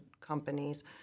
companies